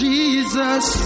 Jesus